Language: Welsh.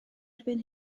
erbyn